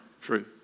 true